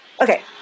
Okay